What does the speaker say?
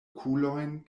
okulojn